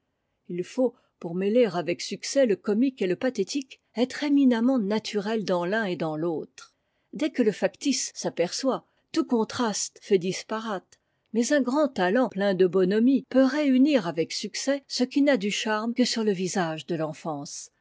il faut pour mêler avec succès le comique et le pathétique être éminemment na turel dans l'un et dans l'autre dès que le factice s'aperçoit tout contraste fait disparate mais un grand talent plein de bonhomie peut réunir avec succès ce qui n'a du charme que sur le visage de l'enfance